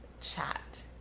chat